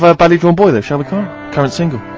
badly drawn boy though err shall we karl? current single.